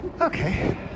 Okay